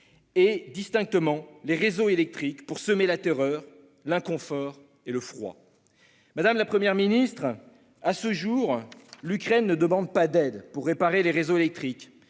et, distinctement, les réseaux électriques pour semer la terreur, l'inconfort et le froid. Madame la Première ministre, à ce jour, l'Ukraine ne demande pas d'aide pour réparer les réseaux électriques,